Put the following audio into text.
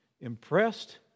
impressed